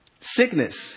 sickness